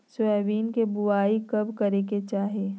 Soybean के बुआई कब करे के चाहि?